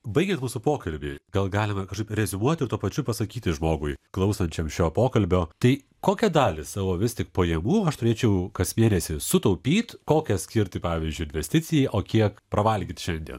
baigiant mūsų pokalbį gal galima kažkaip reziumuoti ir tuo pačiu pasakyti žmogui klausančiam šio pokalbio tai kokią dalį savo vis tik pajamų aš turėčiau kas mėnesį sutaupyt kokią skirti pavyzdžiui investicijai o kiek pravalgyt šiandien